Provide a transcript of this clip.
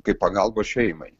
kaip pagalbą šeimai